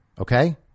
Okay